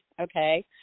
okay